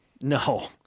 No